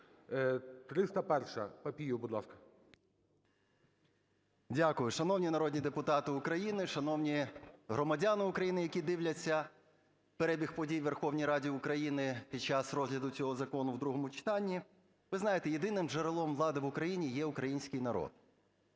ПАПІЄВ М.М. Дякую. Шановні народні депутати України, шановні громадяни України, які дивляться перебіг подій у Верховній Раді України під час розгляду цього закону у другому читанні. Ви знаєте, єдиним джерелом влади в Україні є український народ.